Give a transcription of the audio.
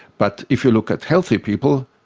but if you look at healthy people,